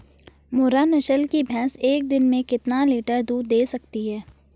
मुर्रा नस्ल की भैंस एक दिन में कितना लीटर दूध दें सकती है?